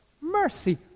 mercy